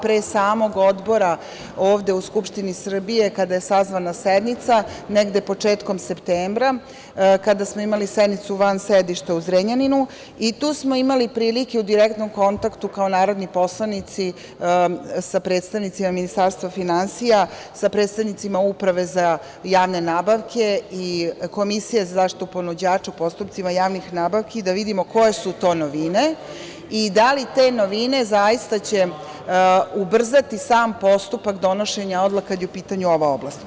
Pre samog odbora ovde u Skupštini Srbije, kada je sazvana sednica, negde početkom septembra, kada smo imali sednicu u Zrenjaninu i tu smo imali prilike u direktnom kontaktu, kao narodni poslanici sa predstavnicima Ministarstva finansija, sa predstavnicima Uprave za javne nabavke i Komisije za zaštitu ponuđača u postupcima javnih nabavke, da vidimo koje su to novine i da li će te novine zaista ubrzati postupak donošenja odluka kada je u pitanju ova oblast.